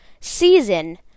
season